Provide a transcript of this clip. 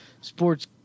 Sports